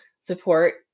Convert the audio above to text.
support